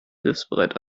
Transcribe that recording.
hilfsbereit